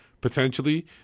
potentially